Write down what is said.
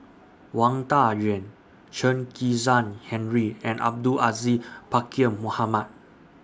Wang Dayuan Chen Kezhan Henri and Abdul Aziz Pakkeer Mohamed